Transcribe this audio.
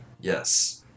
Yes